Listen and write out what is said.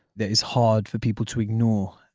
that is hard for people to ignore.